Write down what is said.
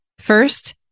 First